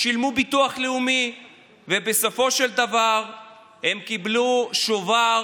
שילמו ביטוח לאומי ובסופו של דבר הם קיבלו שובר